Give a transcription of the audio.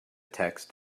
text